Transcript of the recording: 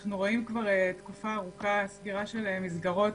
אנחנו רואים כבר תקופה ארוכה סגירה של מסגרות